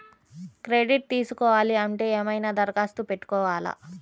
Credit తీసుకోవాలి అంటే ఏమైనా దరఖాస్తు పెట్టుకోవాలా?